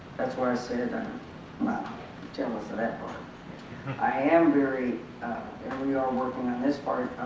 that's where i said and i'm not jealous of that i am very and we are working on this part.